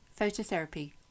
phototherapy